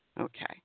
Okay